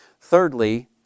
Thirdly